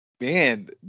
Man